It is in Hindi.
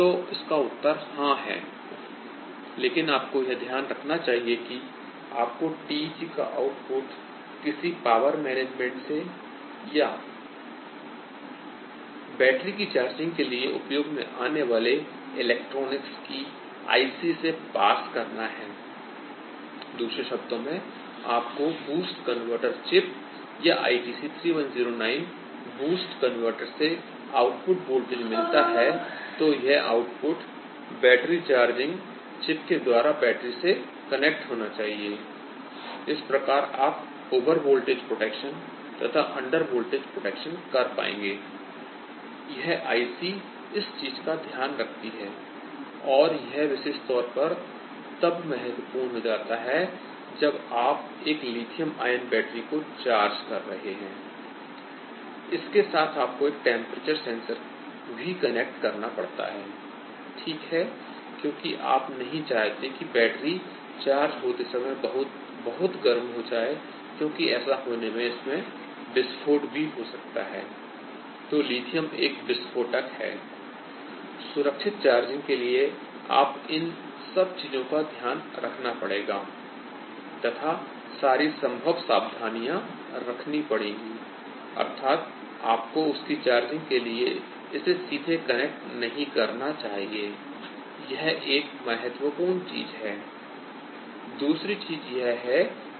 तो इसका उत्तर हां है I लेकिन आपको यह ध्यान रखना चाहिए कि आपको TEG का आउटपुट किसी पावर मैनेजमेंट से या बैटरी की चार्जिंग के लिए उपयोग में आने वाले इलेक्ट्रॉनिक्स की आईसी से पास करना है I दूसरे शब्दों में आप को बूस्ट कन्वर्टर चिप या ITC3109 बूस्ट कन्वर्टर से आउटपुट वोल्टेज मिलता है तो यह आउटपुट बैटरी चार्जिंग चिप के द्वारा बैटरी से कनेक्ट होना चाहिए I इस प्रकार आप ओवर वोल्टेज प्रोटेक्शन तथा अंडर वोल्टेज प्रोटेक्शन कर पाएंगे I यह आईसी इस चीज का ध्यान रखती है और यह विशेष तौर पर तब ज्यादा महत्वपूर्ण हो जाता है जब आप एक लिथियम आयन बैटरी को चार्ज कर रहे हैं I इसके साथ आपको एक टेंपरेचर सेंसर भी कनेक्ट करना पड़ता है I ठीक है क्योंकि आप नहीं चाहते हैं की बैटरी चार्ज होते समय बहुत बहुत गर्म हो जाए क्योंकि ऐसा होने से इसमें विस्फोट भी हो सकता है I तो लिथियम एक विस्फोटक है I सुरक्षित चार्जिंग के लिए आपको इन सब चीजों का ध्यान रखना पड़ेगा तथा सारी संभव सावधानियां रखनी पड़ेगी अर्थात आपको उसकी चार्जिंग के लिए इसे सीधे कनेक्ट नहीं करना चाहिए I यह एक महत्वपूर्ण चीज है दूसरी चीज यह है कि इस सिस्टम की एफिशिएंसी क्या है